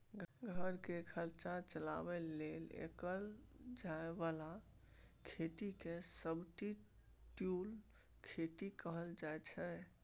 घर केर खर्चा चलाबे लेल कएल जाए बला खेती केँ सब्सटीट्युट खेती कहल जाइ छै